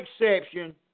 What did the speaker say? exception